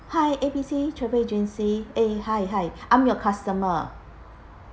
hi A B C travel agency eh hi hi I'm your customer